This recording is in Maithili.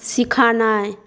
सीखनाइ